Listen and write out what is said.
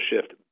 shift